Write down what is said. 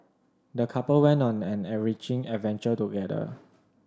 the couple went on an enriching adventure together